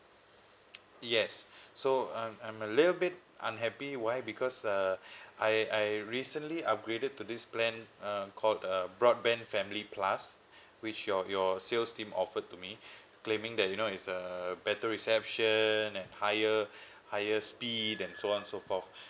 yes so uh I'm a little bit unhappy why because uh I I recently upgraded to this plan uh called uh broadband family plus which your your sales team offered to me claiming that you know it's a better reception and higher higher speed and so on so forth